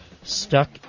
Stuck